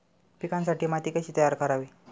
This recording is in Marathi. पिकांसाठी माती कशी तयार करावी?